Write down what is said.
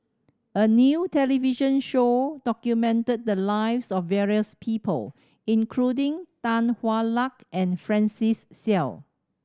a new television show documented the lives of various people including Tan Hwa Luck and Francis Seow